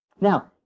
now